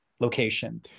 location